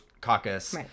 Caucus